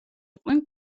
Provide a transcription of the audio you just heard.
იყვნენ